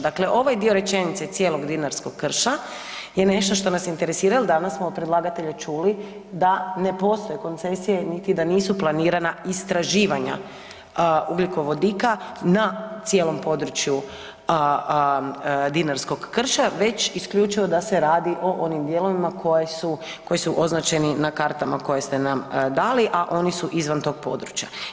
Dakle, ovaj dio rečenice, cijelog dinarskog krša je nešto što nas interesira jer, danas smo od predlagatelja čuli da ne postoje koncesije niti da nisu planiranja istraživanja ugljikovodika na cijelom području dinarskog krša, već isključivo da se radi o onim dijelovima koji su označeni na kartama koje ste nam dali, a oni su izvan tog područja.